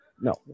No